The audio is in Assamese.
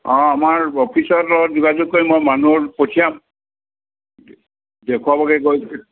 অ আমাৰ অফিচৰ লগত যোগাযোগ কৰি মই মানুহ পঠিয়াম দেখুৱাবগৈ গৈ